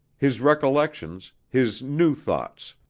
his recollections, his new thoughts.